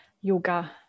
yoga